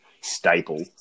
staple